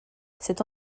cette